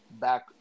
back